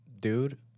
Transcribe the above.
Dude